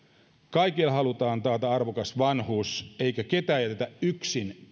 kaikille halutaan taata arvokas vanhuus eikä ketään jätetä yksin